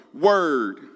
word